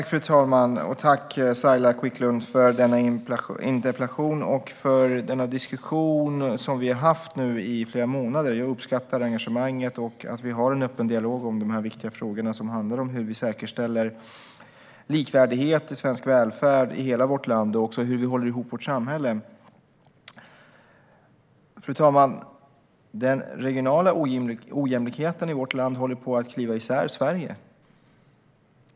Fru talman! Tack, Saila Quicklund, för interpellationen och för den diskussion som vi nu har haft i flera månader! Jag uppskattar engagemanget och att vi har en öppen dialog om dessa viktiga frågor som handlar om hur vi säkerställer likvärdighet i svensk välfärd i hela vårt land och hur vi håller ihop vårt samhälle. Fru talman! Den regionala ojämlikheten i vårt land håller på att klyva isär Sverige.